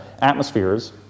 atmospheres